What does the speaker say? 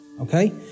okay